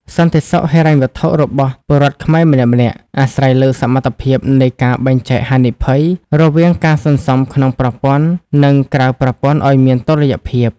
សន្តិសុខហិរញ្ញវត្ថុរបស់ពលរដ្ឋខ្មែរម្នាក់ៗ អាស្រ័យលើសមត្ថភាពនៃការ "បែងចែកហានិភ័យ" រវាងការសន្សំក្នុងប្រព័ន្ធ និងក្រៅប្រព័ន្ធឱ្យមានតុល្យភាព។